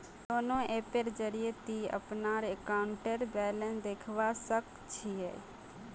YONO ऐपेर जरिए ती अपनार अकाउंटेर बैलेंस देखवा सख छि